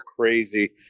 crazy